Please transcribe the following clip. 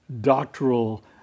doctoral